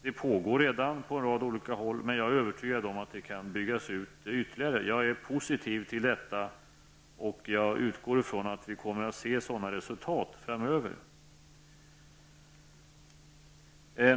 Det pågår redan på en rad olika håll, men jag är övertygad om att det kan byggas ut ytterligare. Jag är positiv till det och utgår från att vi kommer att se sådana resultat framöver.